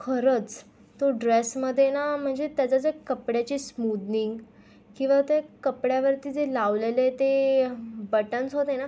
खरंच तो ड्रेसमध्ये ना म्हणजे त्याचा जो कपड्याची स्मुदनिंग किंवा ते कपड्यावरती जे लावलेले ते बटन्स होते ना